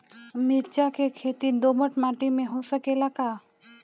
मिर्चा के खेती दोमट माटी में हो सकेला का?